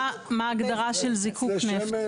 מה ההגדרה של זיקוק נפט?